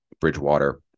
Bridgewater